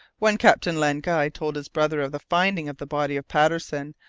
when captain len guy told his brother of the finding of the body of patterson,